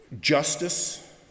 justice